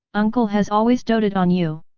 uncle has always doted on you!